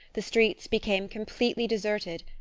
the streets became completely deserted,